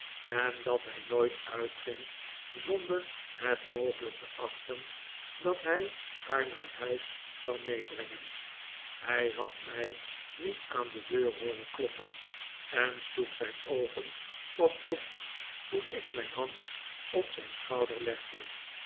en dat hij nooit uitging zonder het mogelijk te achten dat hij haar naar huis zou meebrengen hij had mij niet aan de deur hooren kloppen en sloeg zijn oogen pas op toen ik mijn hand op zijn schouder legde